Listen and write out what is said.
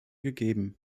gegeben